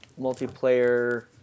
multiplayer